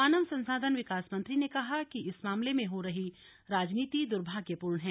मानव संसाधन विकास मंत्री ने कहा कि इस मामले में हो रही राजनीति दुर्भाग्यपूर्ण है